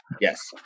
Yes